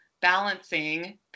balancing